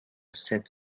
sept